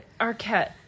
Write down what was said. arquette